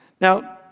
Now